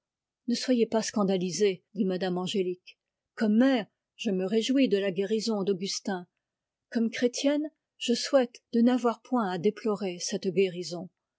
ne soyez pas scandalisée comme mère je me réjouis de la guérison d'augustin comme chrétienne je souhaite de n'avoir point à déplorer cette guérison